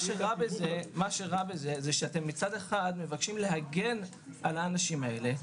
מה שרע בזה שאתם מצד אחד מבקשים להגן על האנשים האלה,